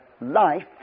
life